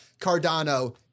Cardano